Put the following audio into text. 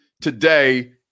today